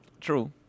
True